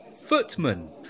Footman